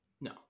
No